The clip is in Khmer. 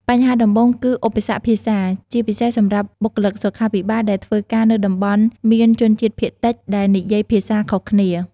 បញ្ហាដំបូងគឺឧបសគ្គភាសា ជាពិសេសសម្រាប់បុគ្គលិកសុខាភិបាលដែលធ្វើការនៅតំបន់មានជនជាតិភាគតិចដែលនិយាយភាសាខុសគ្នា។